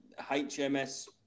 HMS